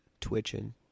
Twitching